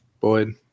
Boyd